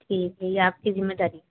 ठीक है ये आप की ज़िम्मेदारी है